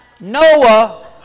Noah